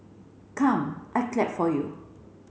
come I clap for you